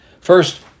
First